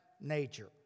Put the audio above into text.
nature